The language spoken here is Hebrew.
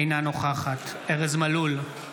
אינה נוכחת ארז מלול,